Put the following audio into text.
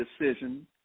decision